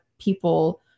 people